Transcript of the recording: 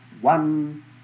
one